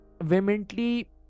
vehemently